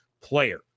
player